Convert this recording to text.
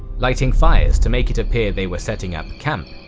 lighting fires to make it appear they were setting up camp,